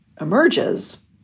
emerges